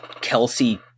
Kelsey